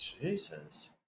Jesus